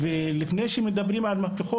ולפני שמדברים על מהפכות,